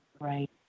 right